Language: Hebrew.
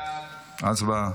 הצבעה.